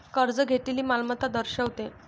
कर्ज घेतलेली मालमत्ता दर्शवते